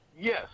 Yes